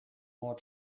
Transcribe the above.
more